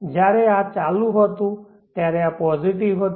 જ્યારે આ ચાલુ હતું ત્યારે આ પોઝિટિવ હતું